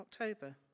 October